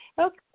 Okay